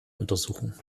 untersuchen